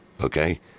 okay